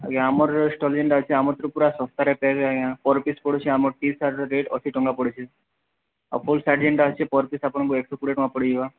ଆଜ୍ଞା ଆମର ଷ୍ଟଲ୍ ଯେନ୍ଟା ଅଛି ଆମର ତ ପୁରା ଶସ୍ତାରେ ପଇବେ ଆଜ୍ଞା ପର୍ ପିସ୍ ପଡ଼ୁଛି ଆମର ଟି ସାର୍ଟର ରେଟ୍ ଅଶୀ ଟଙ୍କା ପଡ଼ୁଛି ଆଉ ଫୁଲ୍ ସାର୍ଟ ଯେନ୍ଟା ଅଛି ପିସ୍ ଆପଣଙ୍କୁ ଏକ ଶହ କୋଡ଼ିଏ ଟଙ୍କା ପଡ଼ଯିବା